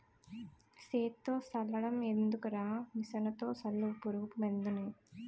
సేత్తో సల్లడం ఎందుకురా మిసన్లతో సల్లు పురుగు మందులన్నీ